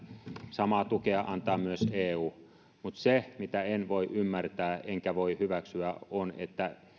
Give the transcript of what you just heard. samaa tukea antaa myös eu mutta se mitä en voi ymmärtää enkä voi hyväksyä on että